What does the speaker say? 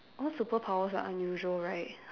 all superpowers are unusual right